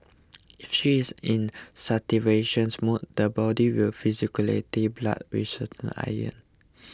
if she is in starvation mode the body will physiologically blood which contains iron